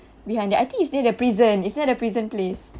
behind there I think it's near the prison it's near the prison place